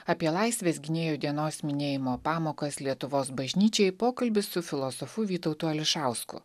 apie laisvės gynėjų dienos minėjimo pamokas lietuvos bažnyčiai pokalbis su filosofu vytautu ališausku